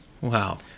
Wow